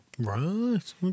Right